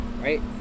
right